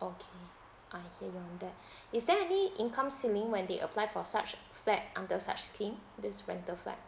okay I hear you on that is there any income ceiling when they apply for such step under such scheme this rental flat